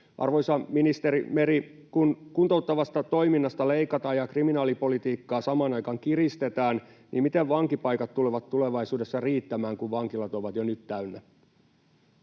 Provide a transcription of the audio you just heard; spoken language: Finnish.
Arvoisa ministeri Meri, kun kuntouttavasta toiminnasta leikataan ja kriminaalipolitiikkaa samaan aikaan kiristetään, miten vankipaikat tulevat tulevaisuudessa riittämään, kun vankilat ovat jo nyt täynnä?